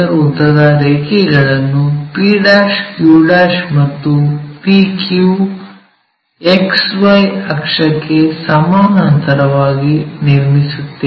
ಉದ್ದದ ರೇಖೆಗಳನ್ನು pq ಮತ್ತು p q XY ಅಕ್ಷಕ್ಕೆ ಸಮಾನಾಂತರವಾಗಿ ನಿರ್ಮಿಸುತ್ತೇವೆ